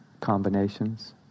combinations